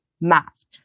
mask